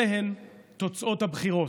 אלה תוצאות הבחירות.